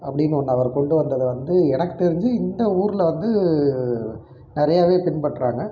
அப்படினு ஒன்று அவர் கொண்டு வந்ததை வந்து எனக்கு தெரிஞ்சு இந்த ஊரில் வந்து நிறையாவே பின்பற்றுறாங்க